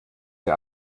der